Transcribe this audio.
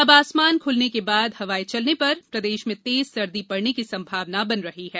अब आसमान खुलने के बाद हवाए चलने पर प्रदेश में तेज सर्दी पड़ने की संभावना बन रही है